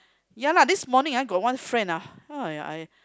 ya lah this morning ah got one friend ah !aiya! I